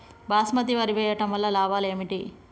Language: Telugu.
బాస్మతి వరి వేయటం వల్ల లాభాలు ఏమిటి?